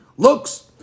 Looks